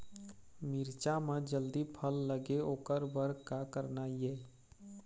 मिरचा म जल्दी फल लगे ओकर बर का करना ये?